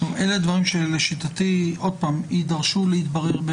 אלה דברים שלשיטתי יידרשו להתברר.